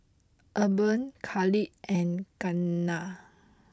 Urban Khalid and Keanna